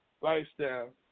Lifestyle